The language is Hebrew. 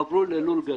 עברו ללול גדול.